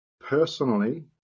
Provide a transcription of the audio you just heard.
Personally